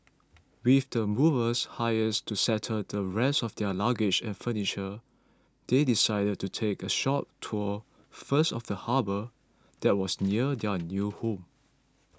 with the movers hires to settle the rest of their luggage and furniture they decided to take a short tour first of the harbour there was near their new home